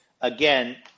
Again